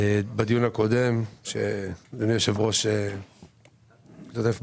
בדיון הקודם שאדוני יושב הראש השתתף בו,